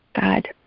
God